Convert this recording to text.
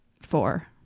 four